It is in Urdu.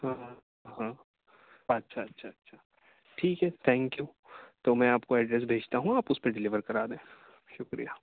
ہاں ہاں ہاں اچھا اچھا اچھا ٹھیک ہے تھینک یو تو میں آپ کو ایڈریس بھیجتا ہوں آپ اس پہ ڈلیور کرا دیں شکریہ